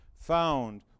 found